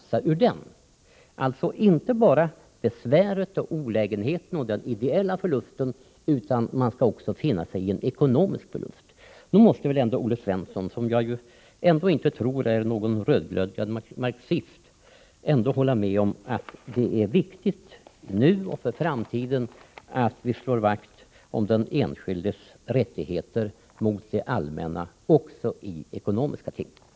Den enskilde skall alltså inte bara ha besväret, olägenheten och den ideella förlusten utan också få finna sig i en ekonomisk förlust. Nog måste väl ändå Olle Svensson, som jag inte tror är någon rödglödgad marxist, hålla med om att det är viktigt nu och för framtiden att vi slår vakt om den enskildes rättigheter mot det allmänna också i ekonomiska frågor.